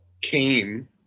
came